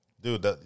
Dude